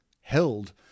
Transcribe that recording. held